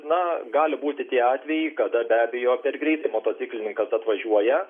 na gali būti tie atvejai kada be abejo per greitai motociklininkas atvažiuoja